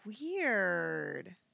Weird